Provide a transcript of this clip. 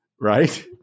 right